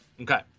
Okay